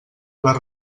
les